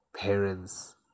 Parents